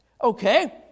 Okay